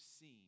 seen